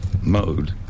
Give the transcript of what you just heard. mode